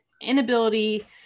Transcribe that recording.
inability